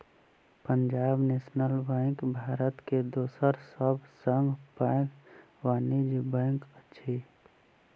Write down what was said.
Punjab National Bank Bharat के दोसर सब सॅ पैघ वाणिज्य बैंक अछि